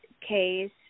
case